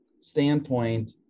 standpoint